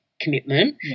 Commitment